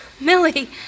Millie